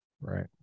Right